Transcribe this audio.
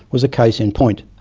was a case in point.